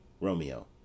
ROMEO